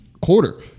quarter